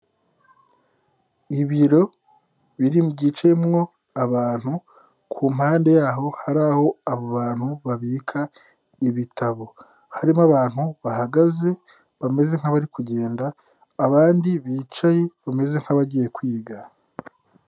Ibiro biri byicayemwo abantu ku mpande yaho hari aho abantu babika ibitabo, harimo abantu bahagaze bameze nk'abari kugenda abandi bicaye bameze nk'abagiye kwiga.